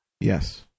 Yes